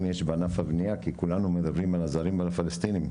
יש בענף הבנייה כי כולנו מדברים על הזרים ועל הפלסטינים.